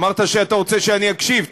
אמרת שאתה רוצה שאני אקשיב.